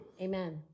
Amen